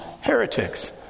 heretics